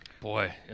boy